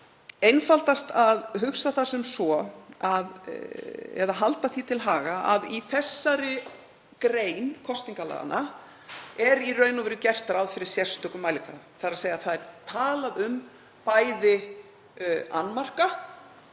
einfaldast að hugsa það sem svo, eða halda því til haga, að í þessari grein kosningalaga er í raun og veru gert ráð fyrir sérstökum mælikvarða. Talað er um bæði annmarka